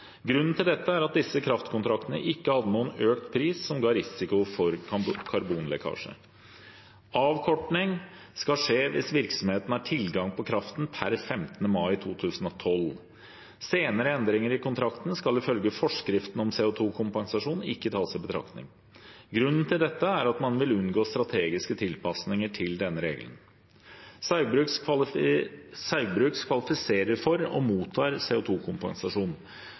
Grunnen til dette er at disse kraftkontraktene ikke hadde noen økt pris som ga risiko for karbonlekkasje. Avkorting skal skje hvis virksomheten har tilgang på kraften per 15. mai 2012. Senere endringer i kontrakten skal ifølge forskriften om CO 2 -kompensasjon ikke tas i betraktning. Grunnen til dette er at man vil unngå strategiske tilpasninger til denne regelen. Saugbrugs kvalifiserer for og mottar